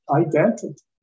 identity